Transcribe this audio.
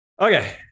okay